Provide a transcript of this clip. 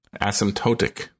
Asymptotic